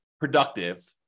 productive